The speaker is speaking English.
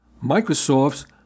Microsoft's